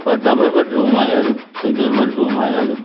ഇപ്പം double bedroom ആയാലും single bedroom ആയാലും